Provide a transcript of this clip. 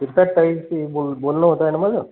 शिरसाठ ताईंशी बोल बोलणं होतं आहे ना माझं